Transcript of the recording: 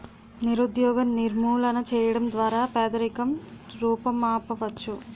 నిరుద్యోగ నిర్మూలన చేయడం ద్వారా పేదరికం రూపుమాపవచ్చు